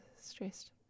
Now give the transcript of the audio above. stressed